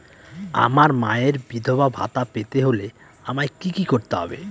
আমার মায়ের বিধবা ভাতা পেতে হলে আমায় কি কি করতে হবে?